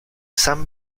san